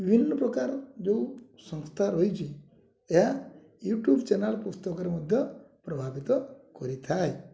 ବିଭିନ୍ନ ପ୍ରକାର ଯେଉଁ ସଂସ୍ଥା ରହିଛି ଏହା ୟୁଟ୍ୟୁବ୍ ଚ୍ୟାନେଲ୍ ପୁସ୍ତକରେ ମଧ୍ୟ ପ୍ରଭାବିତ କରିଥାଏ